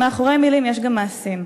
מאחורי מילים יש גם מעשים,